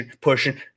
pushing